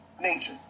nature